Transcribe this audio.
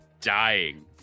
dying